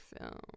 film